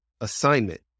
assignment